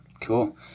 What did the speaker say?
Cool